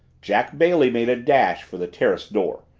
jack bailey made a dash for the terrace door.